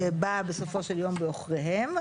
שבאה בסופו של יום בעוכריהם,